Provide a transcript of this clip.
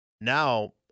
Now